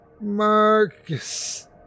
Marcus